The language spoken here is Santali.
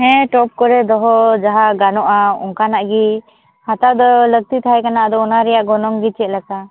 ᱦᱮᱸ ᱴᱚᱯ ᱠᱚᱨᱮ ᱫᱚᱦᱚ ᱡᱟᱦᱟᱸ ᱜᱟᱱᱚᱜᱼᱟ ᱚᱱᱠᱟᱱᱟᱜ ᱜᱮ ᱦᱟᱛᱟᱣ ᱫᱚ ᱞᱟᱹᱠᱛᱤ ᱛᱟᱦᱮᱸᱠᱟᱱᱟ ᱟᱫᱚ ᱚᱱᱟ ᱨᱮᱭᱟᱜ ᱜᱚᱱᱚᱝ ᱫᱚ ᱪᱮᱫᱞᱮᱠᱟ